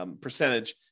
percentage